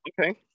okay